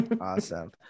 Awesome